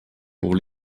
pour